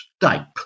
type